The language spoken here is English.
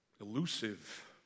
elusive